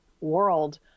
world